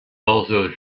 also